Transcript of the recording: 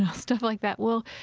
and stuff like that. well,